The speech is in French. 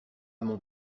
mon